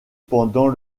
pendant